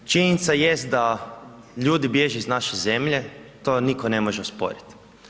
Činjenica jest da ljudi bježe iz naše zemlje, to nitko ne može osporit.